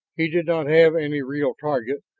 he did not have any real target,